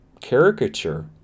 caricature